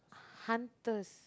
hunter's